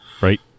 right